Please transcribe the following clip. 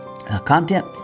Content